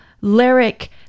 lyric